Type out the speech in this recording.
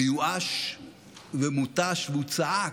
מיואש ומותש, והוא צעק: